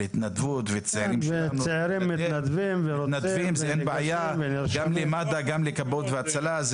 התנדבות והצעירים שלנו מתנדבים גם למד"א וגם לכבאות והצלה.